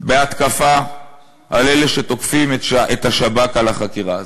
בהתקפה על אלה שתוקפים את השב"כ על החקירה הזאת,